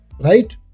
right